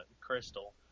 Crystal